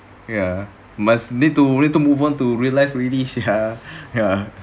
ya must lead to ready to move on to relax really she her ya